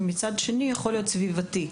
ומצד שני זה יכול להיות סביבתי,